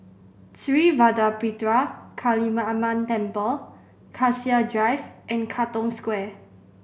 Sri Vadapathira Kaliamman Temple Cassia Drive and Katong Square